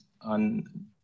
on